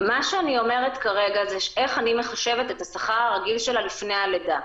מה שאני אומרת כרגע זה איך אני מחשבת את השכר הרגיל שלה לפני הלידה.